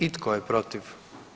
I tko je protiv?